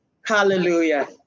Hallelujah